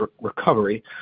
recovery